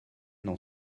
n’en